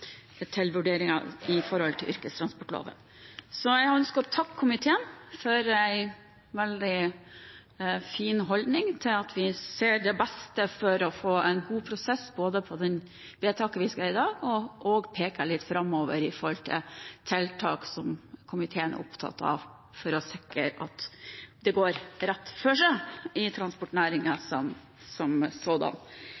yrkestransportloven. Jeg ønsker å takke komiteen for en veldig fin holdning til det å gjøre det beste for å få en god prosess i forbindelse med det vedtaket vi skal gjøre i dag, og også peke litt framover på tiltak som komiteen er opptatt av, for å sikre at det går rett for seg i transportnæringen som sådan.